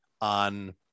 on